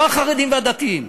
לא החרדים והדתיים,